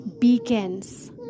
beacons